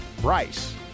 Bryce